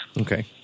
Okay